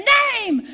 name